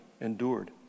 endured